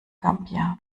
gambia